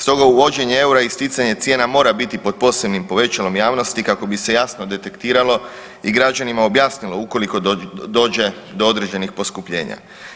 Stoga, uvođenje EUR-a i isticanje cijena mora biti pod posebnim povećalom javnosti kako bi se jasno detektiralo i građanima objasnilo ukoliko dođe do određenih poskupljenja.